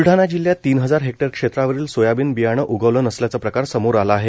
ब्लडाणा जिल्ह्यात तीन हजार हेक्टर क्षेत्रावरील सोयाबीन बियाणे उगवले नसल्याचा प्रकार समोर आला आहे